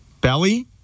Belly